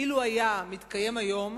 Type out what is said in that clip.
אילו היה מתקיים היום,